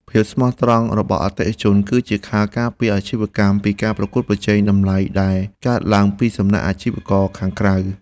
ភាពស្មោះត្រង់របស់អតិថិជន គឺជាខែលការពារអាជីវកម្មពីការប្រកួតប្រជែងតម្លៃដែលកើតឡើងពីសំណាក់អាជីវករខាងក្រៅ។